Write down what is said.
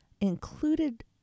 included